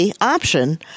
option